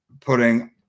putting –